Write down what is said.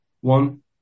one